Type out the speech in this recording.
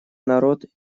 народ